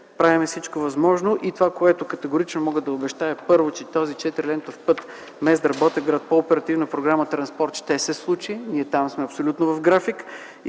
правим всичко възможно. И това, което категорично мога да обещая, е, първо, че този четирилентов път Мездра – Ботевград по Оперативна програма „Транспорт” ще се случи. Ние там сме абсолютно в график.